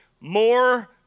more